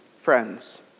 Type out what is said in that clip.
friends